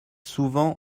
souvent